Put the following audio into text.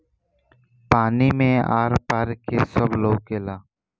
पानी मे आर पार के सब लउकेला